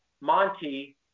Monty